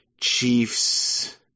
Chiefs